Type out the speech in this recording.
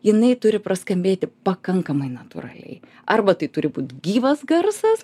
jinai turi praskambėti pakankamai natūraliai arba tai turi būt gyvas garsas